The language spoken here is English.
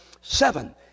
seven